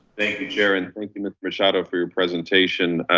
thank you chair. and thank you, mr. machado for your presentation.